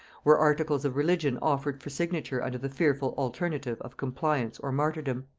were articles of religion offered for signature under the fearful alternative of compliance or martyrdom.